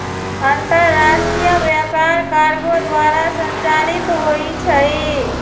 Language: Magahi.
अंतरराष्ट्रीय व्यापार कार्गो द्वारा संचालित होइ छइ